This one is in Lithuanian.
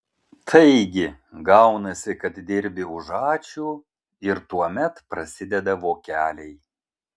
taigi gaunasi kad dirbi už ačiū ir tuomet prasideda vokeliai